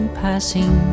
passing